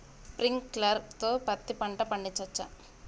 Sprinkler తో పత్తి పంట పండించవచ్చా?